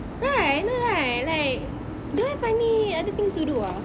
right I know right like don't any other things to do ah